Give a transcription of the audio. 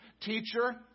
Teacher